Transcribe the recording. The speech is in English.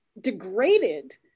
degraded